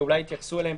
ואולי יתייחסו אליהם